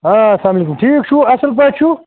آ السلام علیکُم ٹھیٖک چھُو اَصٕل پٲٹھۍ چھُو